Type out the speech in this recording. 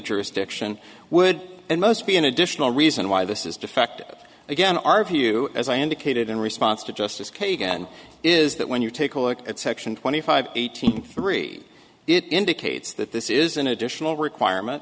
jurisdiction would and most be an additional reason why this is defective again our view as i indicated in response to justice kagan is that when you take a look at section twenty five eighty three it indicates that this is an additional requirement